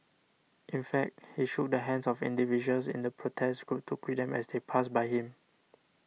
in fact he shook the hands of individuals in the protest group to greet them as they passed by him